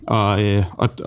og